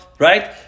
Right